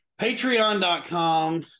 Patreon.com